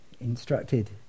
instructed